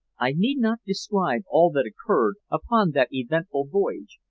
i need not describe all that occurred upon that eventful voyage,